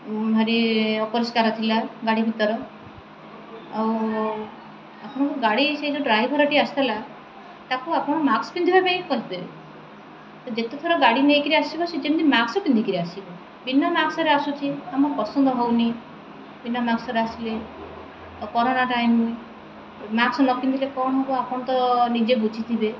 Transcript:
ଭାରି ଅପରିଷ୍କାର ଥିଲା ଗାଡ଼ି ଭିତର ଆଉ ଆପଣଙ୍କ ଗାଡ଼ି ସେ ଯୋଉ ଡ୍ରାଇଭରଟି ଆସିଥିଲା ତାକୁ ଆପଣ ମାକ୍ସ ପିନ୍ଧିବା ପାଇଁ କହିପେ ଯେତେଥର ଗାଡ଼ି ନେଇକରି ଆସିବ ସେ ଯେମିତି ମାକ୍ସ ପିନ୍ଧିକରି ଆସିବ ବିନା ମାକ୍ସରେ ଆସୁଛି ଆମ ପସନ୍ଦ ହେଉନି ବିନା ମାକ୍ସରେ ଆସିଲେ ଆଉ କରୋନା ଟାଇମ୍ ମାସ୍କ ନ ପିନ୍ଧିଲେ କ'ଣ ହେବ ଆପଣ ତ ନିଜେ ବୁଝିଥିବେ